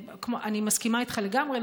אני מסכימה איתך לגמרי,